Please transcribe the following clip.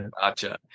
Gotcha